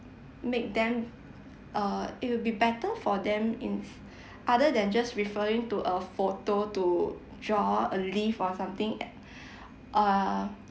make them err it will be better for them in other than just referring to a photo to draw a leaf or something err